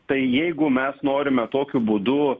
tai jeigu mes norime tokiu būdu